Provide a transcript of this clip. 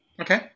Okay